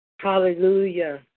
Hallelujah